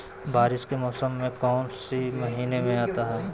बारिस के मौसम कौन सी महीने में आता है?